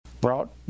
brought